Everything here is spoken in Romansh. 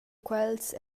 quels